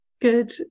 good